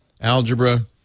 Algebra